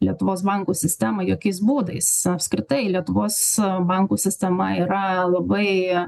lietuvos bankų sistemą jokiais būdais apskritai lietuvos bankų sistema yra labai